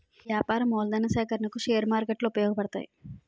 వ్యాపార మూలధన సేకరణకు షేర్ మార్కెట్లు ఉపయోగపడతాయి